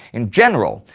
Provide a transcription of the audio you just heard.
in general,